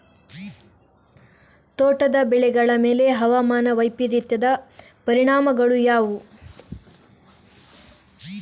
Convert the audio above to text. ತೋಟದ ಬೆಳೆಗಳ ಮೇಲೆ ಹವಾಮಾನ ವೈಪರೀತ್ಯದ ಪರಿಣಾಮಗಳು ಯಾವುವು?